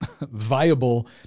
viable